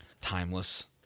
timeless